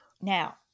Now